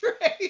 right